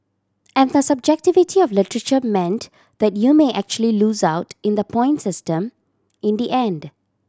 and the subjectivity of literature meant that you may actually lose out in the point system in the end